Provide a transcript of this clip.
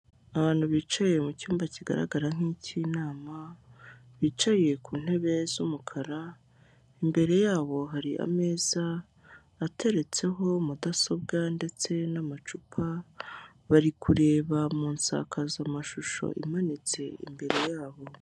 Abantu bicaye mu cyumba kigaragara nk'icy'inama, bicaye ku ntebe z'umukara, imbere yabo hari ameza ateretseho mudasobwa ndetse n'amacupa, bari kureba mu nsakazamashusho imanitse imbere yabo.